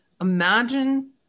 Imagine